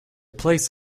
placed